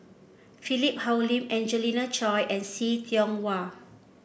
Philip Hoalim Angelina Choy and See Tiong Wah